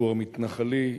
לציבור המתנחלי,